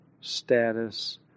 status